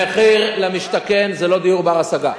מחיר למשתכן זה לא דיור בר-השגה.